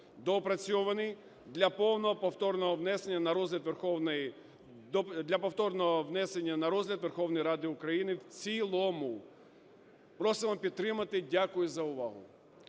(допрацьований) для повного повторного внесення на розгляд Верховної Ради України в цілому. Просимо підтримати. Дякую за увагу.